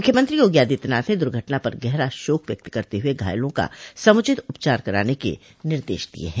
मुख्यमंत्री योगी आदित्यनाथ ने दुर्घटना पर गहरा शोक व्यक्त करते हुए घायलों का समुचित उपचार कराने के निर्देश दिये हैं